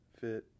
fit